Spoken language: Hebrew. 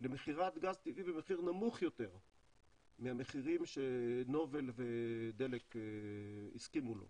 למכירת גז טבעי במחיר נמוך יותר מהמחירים שנובל ודלק הסכימו עליהם.